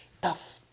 tough